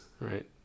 right